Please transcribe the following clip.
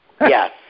yes